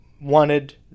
wanted